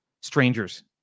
strangers